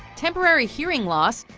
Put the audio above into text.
temporary hearing loss,